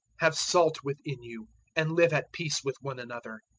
have salt within you and live at peace with one another.